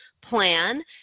plan